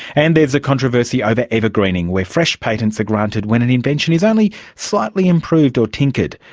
and there's the controversy over evergreening, where fresh patents are granted when an invention is only slightly improved or tinkered.